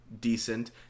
decent